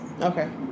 Okay